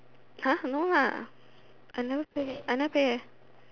no lah I never pay I never pay